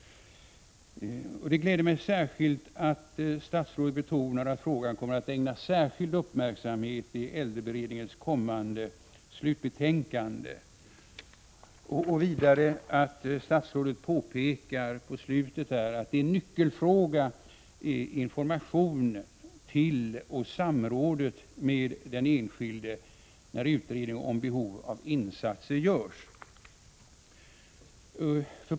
Det gläder mig särskilt att statsrådet betonar att frågan kommer att ägnas särskild uppmärksamhet i äldreberedningens kommande slutbetänkande, och vidare att statsrådet påpekar att en nyckelfråga är informationen till och samrådet med den enskilde när utredning om behov av insatser görs.